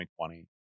2020